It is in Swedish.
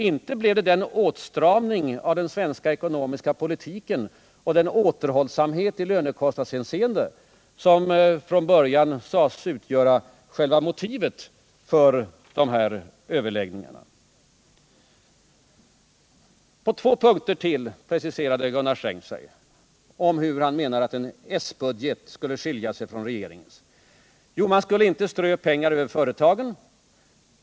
Inte blev det den åtstramning av den svenska ekonomiska politiken och den återhållsamhet i lönekostnadshänseende som från början sades utgöra själva motivet för överläggningarna. På två punkter till preciserade sig Gunnar Sträng om hur han menar att en s-budget skulle skilja sig från regeringens. Man skulle inte strö pengar över företagen.